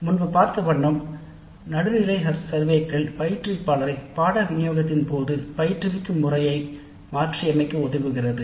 முன்பு பார்த்த வண்ணம் நடுநிலைக் கணக்கெடுப்புகள் பயிற்றுவிப்பாளரை பாடநெறி விநியோகத்தின் போது பயிற்றுவிக்கும் முறைமையை மாற்றியமைக்க உதவுகிறது